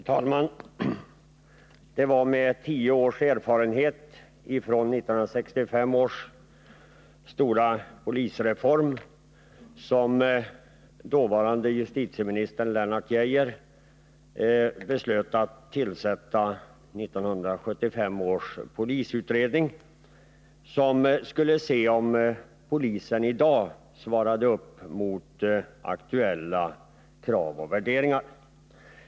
Herr talman! Det var med tio års erfarenhet av 1965 års stora polisreform som dåvarande justitieministern Lennart Geijer beslöt att tillsätta 1975 års polisutredning, som skulle undersöka om polisen inför 1980-talet svarade upp mot aktuella krav och värderingar.